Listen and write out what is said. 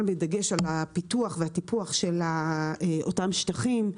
בדגש על הפיתוח והטיפוח של אותם שטחים,